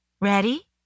Ready